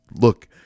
look